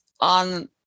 on